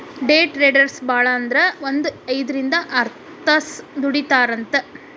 ಡೆ traders ಭಾಳಂದ್ರ ಒಂದ್ ಐದ್ರಿಂದ್ ಆರ್ತಾಸ್ ದುಡಿತಾರಂತ್